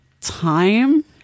time